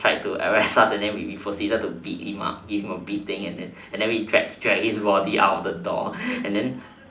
tried to arrest us and then we proceeded to beat him us give him a beating drag him out of the door and then